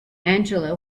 angela